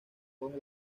coge